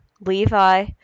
Levi